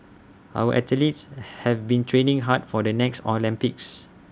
our athletes have been training hard for the next Olympics